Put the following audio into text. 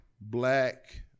black